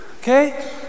Okay